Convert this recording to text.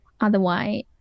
otherwise